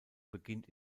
beginnt